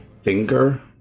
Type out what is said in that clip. finger